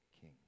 king